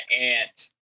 aunt